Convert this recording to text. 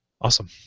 Awesome